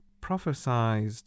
prophesied